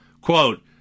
Quote